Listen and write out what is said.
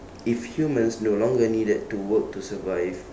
if humans no longer needed to work to survive